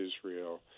Israel